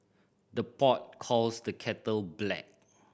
the pot calls the kettle black